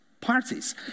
parties